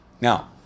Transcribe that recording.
Now